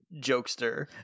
jokester